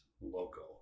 local